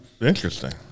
interesting